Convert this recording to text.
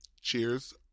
Cheers